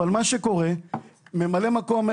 אבל מה שקורה זה שממלא מקום,